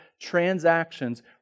transactions